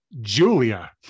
Julia